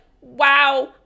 wow